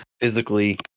physically